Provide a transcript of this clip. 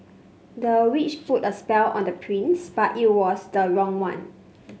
the witch put a spell on the prince but it was the wrong one